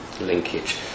linkage